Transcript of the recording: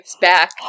back